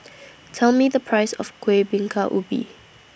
Tell Me The Price of Kuih Bingka Ubi